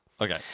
Okay